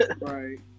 Right